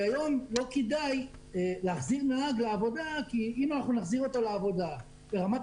היום לא כדאי להחזיר נהג לעבודה כי אם אנחנו נחזיר אותו לעבודה ורמת